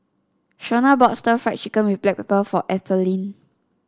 Shonna bought Stir Fried Chicken with Black Pepper for Ethelene